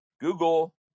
Google